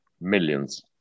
millions